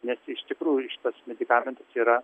nes iš tikrųjų šitas medikamentus yra